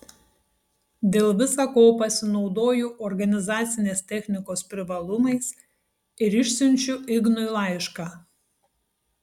dėl visa ko pasinaudoju organizacinės technikos privalumais ir išsiunčiu ignui laišką